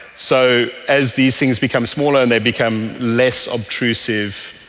so as these things become smaller and they become less obtrusive,